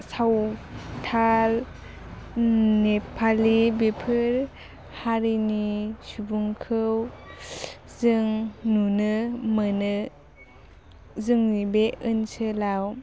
सावथाल नेपालि बेफोर हारिनि सुबुंखौ जों नुनो मोनो जोंनि बे ओनसोलाव